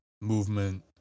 movement